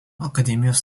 akademijos